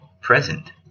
present